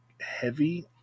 heavy